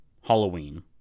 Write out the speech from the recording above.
Halloween